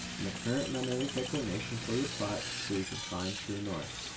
and the current magnetic declination for your plot so you can find true north.